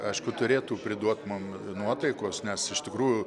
aišku turėtų priduot mum nuotaikos nes iš tikrųjų